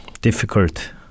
difficult